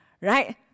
right